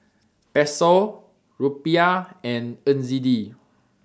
Peso Rupiah and N Z D